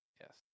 Yes